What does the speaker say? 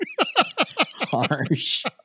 Harsh